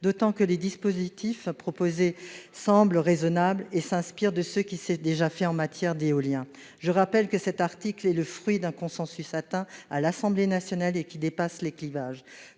d'autant que les dispositifs proposés semblent raisonnables et s'inspirent de ce qui s'est déjà fait en matière d'éolien. Je rappelle par ailleurs que cet article est le fruit d'un consensus trouvé à l'Assemblée nationale, au-delà des clivages.